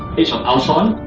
age of ultron,